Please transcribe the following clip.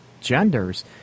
genders